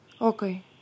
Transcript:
Okay